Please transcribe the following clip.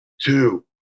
two